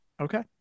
Okay